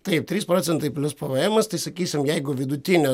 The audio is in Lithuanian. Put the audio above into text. taip trys procentai plius pėvėemas tai sakysim jeigu vidutinio